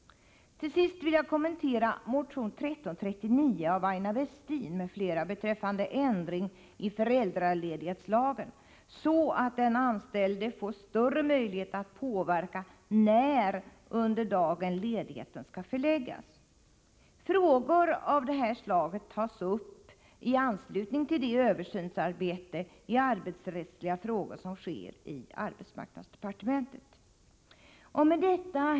Till sist vill jag kommentera motion 1339 av Aina Westin m.fl. beträffande ändring i föräldraledighetslagen så att den anställde får större möjlighet att påverka den tid under dagen till vilken ledigheten skall förläggas. Frågor av det här slaget tas upp i anslutning till det översynsarbete i arbetsrättsliga frågor som sker i arbetsmarknadsdepartementet. Herr talman!